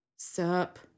Sup